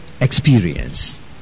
experience